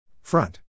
Front